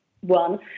one